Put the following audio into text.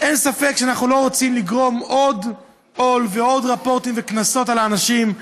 אין ספק שאנחנו לא רוצים לגרום עוד עול ועוד רפורטים וקנסות על האנשים,